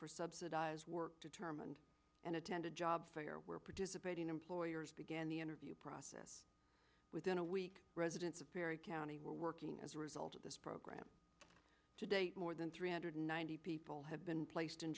for subsidize work determined and attend a job fair where participating employers began the interview process within a week residents of perry county were working as a result of this program to date more than three hundred ninety people have been placed in